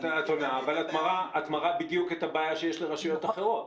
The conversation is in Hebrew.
את עונה אבל את בדיוק מראה את הבעיה שיש לרשויות אחרות.